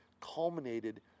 culminated